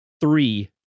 three